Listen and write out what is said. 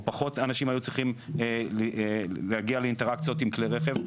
פחות אנשים היו צריכים להגיע לאינטראקציות עם כלי רכב?